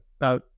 Now